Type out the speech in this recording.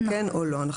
כן או לא.